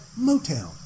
Motown